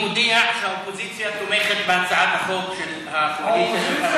אני מודיע שהאופוזיציה תומכת בהצעת החוק של הקואליציה.